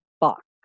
box